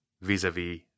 vis-a-vis